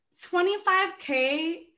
25K